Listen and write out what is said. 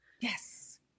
Yes